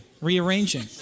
rearranging